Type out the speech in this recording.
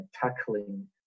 tackling